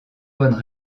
bonnes